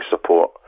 support